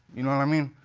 you know what i mean?